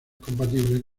compatibles